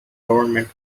government